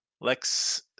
Lex